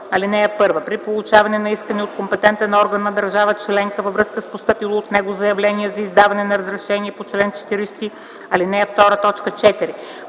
92б. (1) При получаване на искане от компетентен орган на държава членка във връзка с постъпило при него заявление за издаване на разрешение по чл. 40, ал. 2,